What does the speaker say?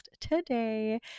today